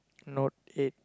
note eight